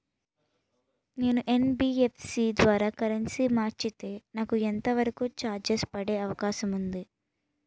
నేను యన్.బి.ఎఫ్.సి ద్వారా కరెన్సీ మార్చితే నాకు ఎంత వరకు చార్జెస్ పడే అవకాశం ఉంది?